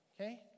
okay